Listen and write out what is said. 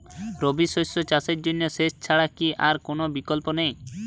রবি শস্য চাষের জন্য সেচ ছাড়া কি আর কোন বিকল্প নেই?